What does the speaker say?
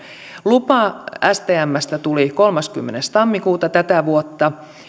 lupa stmstä tuli kolmaskymmenes tammikuuta tätä vuotta